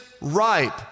ripe